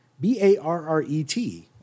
B-A-R-R-E-T